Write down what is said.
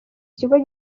ikigo